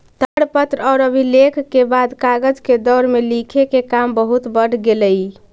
ताड़पत्र औउर अभिलेख के बाद कागज के दौर में लिखे के काम बहुत बढ़ गेलई